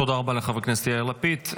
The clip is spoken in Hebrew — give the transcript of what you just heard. תודה רבה לחבר הכנסת יאיר לפיד.